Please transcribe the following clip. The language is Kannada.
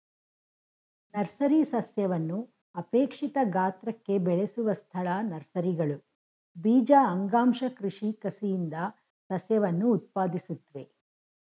ನರ್ಸರಿ ಸಸ್ಯವನ್ನು ಅಪೇಕ್ಷಿತ ಗಾತ್ರಕ್ಕೆ ಬೆಳೆಸುವ ಸ್ಥಳ ನರ್ಸರಿಗಳು ಬೀಜ ಅಂಗಾಂಶ ಕೃಷಿ ಕಸಿಯಿಂದ ಸಸ್ಯವನ್ನು ಉತ್ಪಾದಿಸುತ್ವೆ